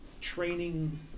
training